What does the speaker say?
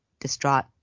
distraught